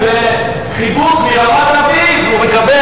הוא ברוטו.